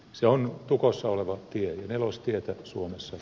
se on tukossa oleva tie nelostie suomessa